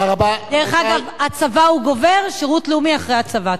דרך אגב, הצבא גובר, שירות לאומי אחרי הצבא.